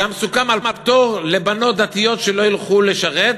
גם סוכם על פטור לבנות דתיות שלא ילכו לשרת,